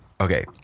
Okay